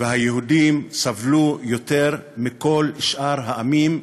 והיהודים סבלו יותר מכל שאר העמים.